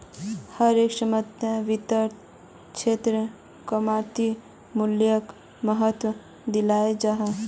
हर एक समयेत वित्तेर क्षेत्रोत वर्तमान मूल्योक महत्वा दियाल जाहा